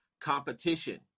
competition